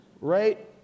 Right